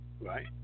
right